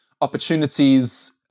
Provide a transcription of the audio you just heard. opportunities